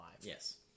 Yes